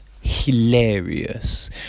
Hilarious